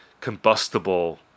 combustible